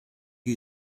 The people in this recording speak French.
qui